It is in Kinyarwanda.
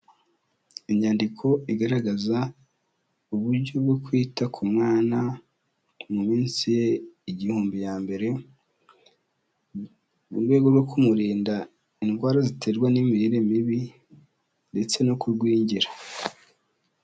Inyandiko igaragaza uburyo bwo kwita ku mwana mu minsi ye igihumbi ya mbere, mu rwego rwo kumurinda indwara ziterwa n'imirire mibi ndetse no kugwingira.